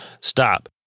stop